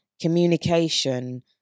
communication